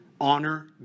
Honor